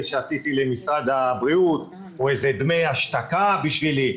שעשיתי למשרד הבריאות הוא דמי השתקה בשבילי.